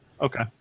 Okay